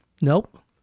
Nope